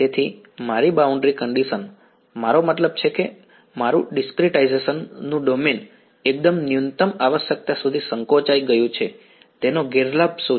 તેથી મારી boundary condition મારો મતલબ છે કે મારું ડીસ્ક્રીટાઇઝેશન નું ડોમેન એકદમ ન્યૂનતમ આવશ્યકતા સુધી સંકોચાઈ ગયું છે તેનો ગેરલાભ શું છે